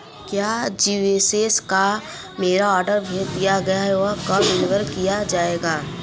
क्या ज्यूसेस का मेरा आर्डर भेज दिया गया है वह कब डिलीवर किया जाएगा